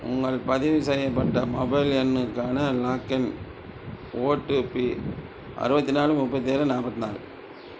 உங்கள் பதிவு செய்யப்பட்ட மொபைல் எண்ணுக்கான லாக்இன் ஓடிபி அறுபத்தி நாலு முப்பத்து ஏழு நாற்பத்தி நாலு